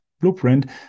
blueprint